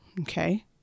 okay